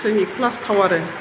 clinic Plus थाव आरो